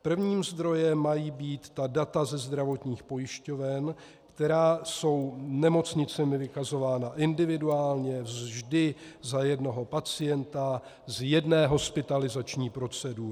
Prvním zdrojem mají být ta data ze zdravotních pojišťoven, která jsou nemocnicemi vykazována individuálně, vždy za jednoho pacienta z jedné hospitalizační procedury.